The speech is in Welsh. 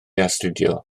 astudio